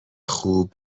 خوب